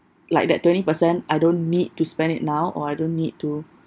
like that twenty percent I don't need to spend it now or I don't need to